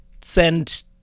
send